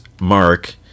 Mark